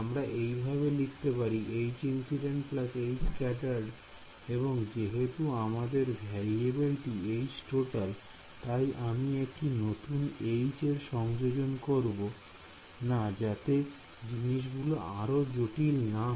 আমরা এইভাবে লিখতে পারি এবং যেহেতু আমাদের ভ্যারিয়েবেল টি তাই আমি একটি নতুন H এর সংযোজন করবো না যাতে জিনিসগুলো আরো জটিল না হয়